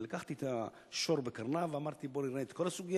אני לקחתי את השור בקרניו ואמרתי: בואו נראה את כל הסוגיה,